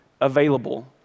available